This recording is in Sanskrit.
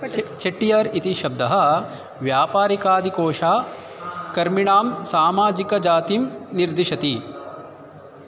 चेट्टियार् इति शब्दः व्यापारिकादि कोषकर्मिणां सामाजिकजातिं निर्दिश्यति